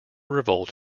revolt